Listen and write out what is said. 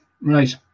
right